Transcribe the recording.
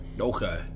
Okay